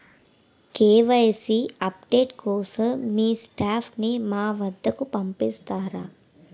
KYC update కోసం మీ staff ని మా వద్దకు పంపిస్తారా?